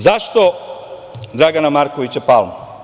Zašto Dragana Markovića Plamu?